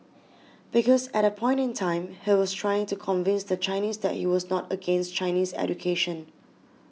because at that point in time he was trying to convince the Chinese that he was not against Chinese education